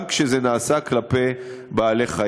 גם כשזה נעשה כלפי בעלי-חיים.